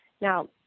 Now